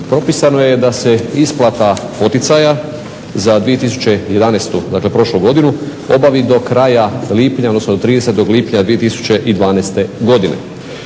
propisano je da se isplata poticaja za 2011.dakle prošlu godinu obavi do kraja lipnja odnosno do 30.lipnja 2012.godine.